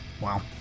Wow